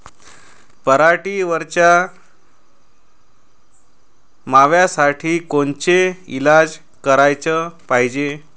पराटीवरच्या माव्यासाठी कोनचे इलाज कराच पायजे?